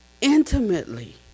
intimately